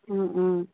হয় হয়